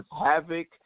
Havoc